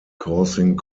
causing